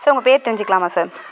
sir உங்க பேர் தெரிஞ்சிக்கலாமா சார்